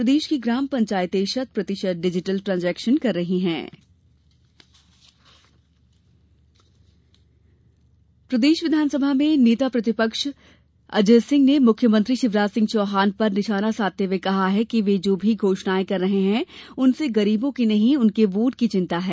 प्रदेश की ग्राम पंचायतें शत प्रतिशत डिजिटल ट्रांजेक्शन कर रही हैं अजय सिंह प्रदेश विधानसभा में नेता प्रतिपक्ष अजय सिंह ने मुख्यमंत्री शिवराज सिंह चौहान पर निशाना साधते हुए कहा है कि वे जो भी घोषणाएं कर रहे हैं उसमें गरीबों की नहीं उनके वोट की चिंता है